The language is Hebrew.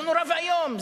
זה נורא ואיום.